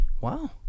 wow